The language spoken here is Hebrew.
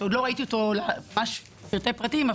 שעוד לא ראיתי אותו לפרטי פרטים,